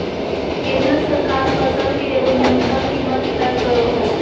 केंद्र सरकार फसल के एगो न्यूनतम कीमत तय करो हइ